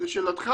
לשאלתך,